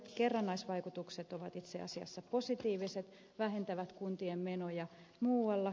kerran naisvaikutukset ovat itse asiassa positiiviset vähentävät kuntien menoja muualla